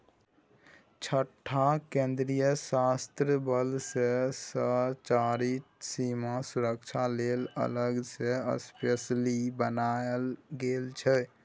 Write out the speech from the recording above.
छअ टा केंद्रीय सशस्त्र बल मे सँ चारि टा सीमा सुरक्षा लेल अलग सँ स्पेसली बनाएल गेल छै